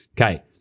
Okay